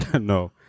No